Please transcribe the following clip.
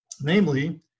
namely